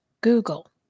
Google